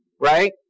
right